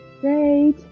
Great